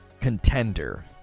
contender